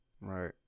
Right